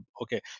Okay